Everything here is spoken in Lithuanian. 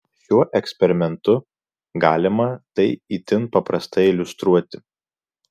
šiuo eksperimentu galima tai itin paprastai iliustruoti